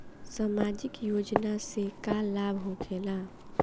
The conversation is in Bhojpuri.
समाजिक योजना से का लाभ होखेला?